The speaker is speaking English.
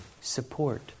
support